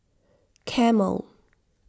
Camel